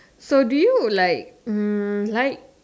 so do you like mm like